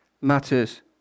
matters